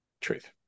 Truth